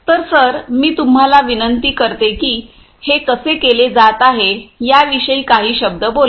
तर सर मी तुम्हाला विनंती करते की हे कसे केले जात आहे याविषयी काही शब्द बोला